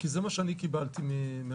זה הנתון שאני קיבלתי מהשטח.